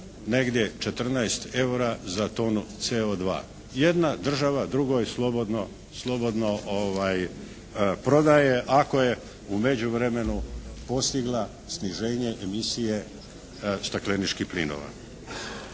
negdje 14 eura za tonu CO2. Jedna država drugoj slobodno prodaje ako je negdje u međuvremenu postigla sniženje emisije stakleničkih plinova.